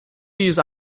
use